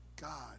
God